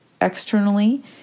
externally